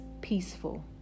peaceful